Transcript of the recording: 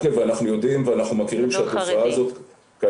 הכשרות וסדנאות כשלמעשה השנה